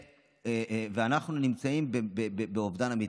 אנחנו נמצאים באובדן אמיתי.